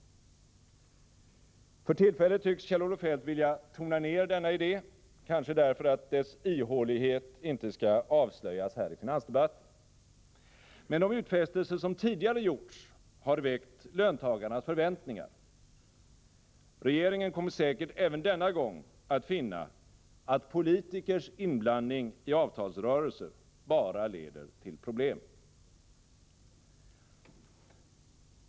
För tillfället tycks Kjell-Olof Feldt vilja tona ner denna idé — kanske därför att dess ihålighet inte skall avslöjas här i finansdebatten. Men de utfästelser som tidigare gjorts har väckt löntagarnas förväntningar. Regeringen kommer säkert även denna gång att finna att politikers inblandning i avtalsrörelser bara leder till problem.